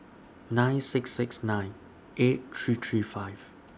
nine six six nine eight three three five